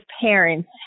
parents